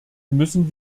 müssen